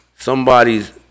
somebody's